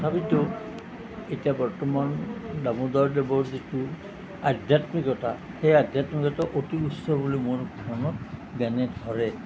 তথাপিতো এতিয়া বৰ্তমান দামোদৰ দেৱৰ যিটো আধ্যাত্মিকতা সেই আধ্যাত্মিকতা অতি উচ্চ বুলি মই মনত জ্ঞানে ধৰে